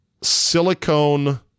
silicone